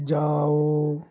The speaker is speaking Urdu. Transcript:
جاؤ